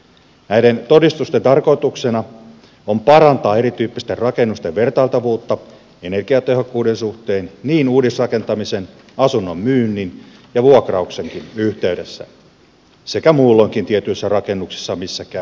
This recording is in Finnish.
näiden todistusten tarkoituksena on parantaa erityyppisten rakennusten vertailtavuutta energiatehokkuuden suhteen niin uudisrakentamisen asunnon myynnin kuin vuokrauksenkin yhteydessä sekä muulloinkin tietyissä rakennuksissa joissa käy yleisöä